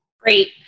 Great